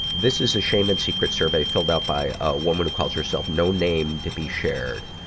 this is a shame and secret survey filled out by a woman who calls herself no name to be shared.